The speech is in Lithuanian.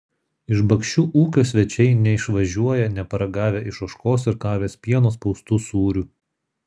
iš bakšių ūkio svečiai neišvažiuoja neparagavę iš ožkos ir karvės pieno spaustų sūrių